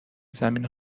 زمین